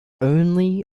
only